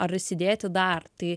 ar įsidėti dar tai